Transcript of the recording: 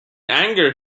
anger